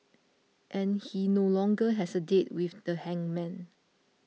and he no longer has a date with the hangman